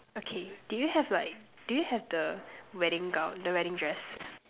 okay do you have like do you have the wedding gown the wedding dress